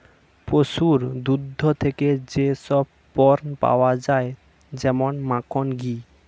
পশুর দুগ্ধ থেকে যেই সব পণ্য পাওয়া যায় যেমন মাখন, ঘি